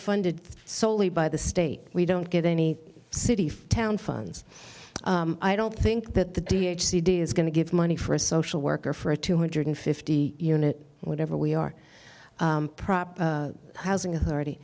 funded solely by the state we don't get any city for town funds i don't think that the d h c d is going to give money for a social worker for a two hundred and fifty unit whenever we are prop housing authority